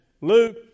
Luke